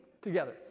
together